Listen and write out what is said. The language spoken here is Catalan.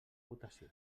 votació